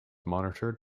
monitored